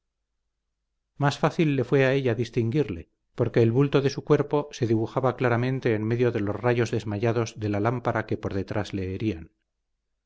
más fácil le fue a ella distinguirle porque el bulto de su cuerpo se dibujaba claramente en medio de los rayos desmayados de la lámpara que por detrás le herían